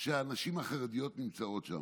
שהנשים החרדיות נמצאות שם.